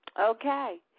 Okay